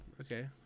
Okay